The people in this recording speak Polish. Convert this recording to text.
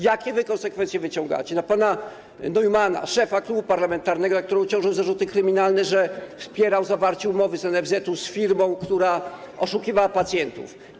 Jakie wy konsekwencje wyciągacie wobec pana Neumanna, szefa klubu parlamentarnego, na którym ciążą zarzuty kryminalne, że wspierał zawarcie umowy NFZ-u z firmą, która oszukiwała pacjentów?